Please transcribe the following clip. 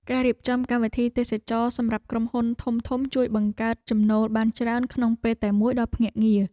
ការរៀបចំកម្មវិធីទេសចរណ៍សម្រាប់ក្រុមហ៊ុនធំៗ ជួយបង្កើតចំណូលបានច្រើនក្នុងពេលតែមួយដល់ភ្នាក់ងារ។